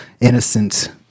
innocent